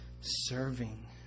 serving